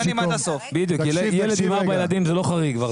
ארבעה ילדים, זה לא חריג.